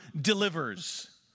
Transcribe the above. delivers